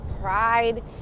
pride